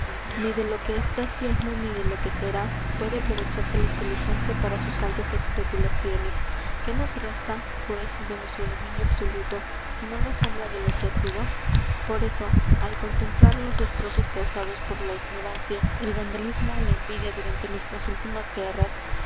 ni de lo que está siendo ni de lo que será puede aprovecharse la inteligencia para sus altas especulaciones qué nos resta pues de nuestro dominio absoluto sino la sombra de lo que ha sido por eso al contemplar los destrozos causados por la ignorancia el vandalismo ó la envidia durante nuestras últimas guerras